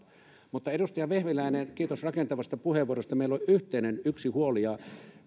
tahto edustaja vehviläinen kiitos rakentavasta puheenvuorosta meillä on yksi yhteinen huoli ja